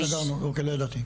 אוקי, לא ידעתי.